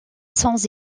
sans